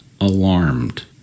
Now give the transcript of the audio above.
alarmed